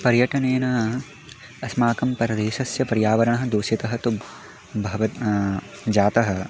पर्यटनेन अस्माकं प्रदेशस्य पर्यावरणं दूषितं तु भवत् जातम्